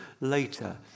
later